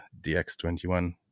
DX21